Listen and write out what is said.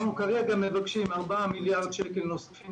אנחנו מבקשים ארבעה מיליארד שקל נוספים